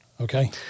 Okay